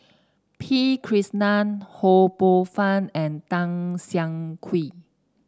P Krishnan Ho Poh Fun and Tan Siah Kwee